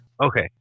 Okay